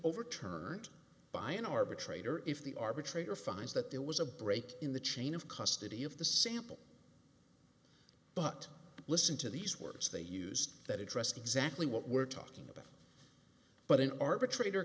overturned by an arbitrator if the arbitrator finds that there was a break in the chain of custody of the sample but listen to these words they used that address exactly what we're talking about but an arbitrator